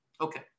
Okay